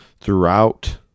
throughout